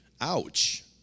Ouch